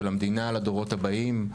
של המדינה לדורות הבאים,